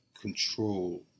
control